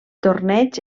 torneig